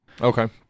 Okay